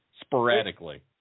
Sporadically